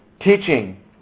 Teaching